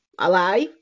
Alive